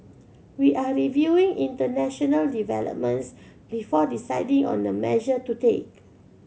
we are reviewing international developments before deciding on the measure to take